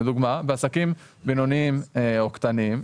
לדוגמה בעסקים בינוניים או קטנים,